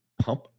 pump